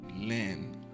Learn